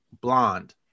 Blonde